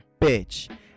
bitch